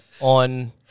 on